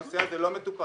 הנושא הזה לא מטופל